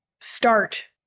start